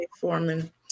Foreman